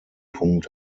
punkt